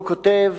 הוא כותב: